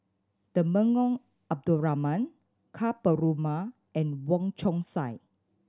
Temenggong Abdul Rahman Ka Perumal and Wong Chong Sai